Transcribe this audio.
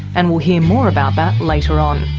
and we'll hear more about that later on.